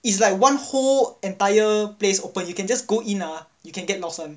it's like one whole entire place open you can just go in ah you can get lost [one]